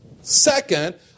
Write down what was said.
Second